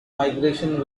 migration